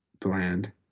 bland